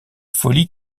folie